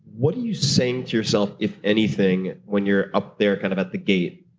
what are you saying to yourself, if anything, when you're up there kind of at the gate,